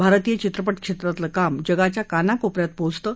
भारतीय चित्रपट क्षेत्रातलं काम जगाच्या कानाकोप यात पोहचतं